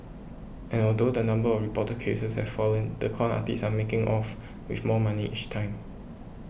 and although the number of reported cases has fallen the con artists are making off with more money each time